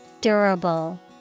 Durable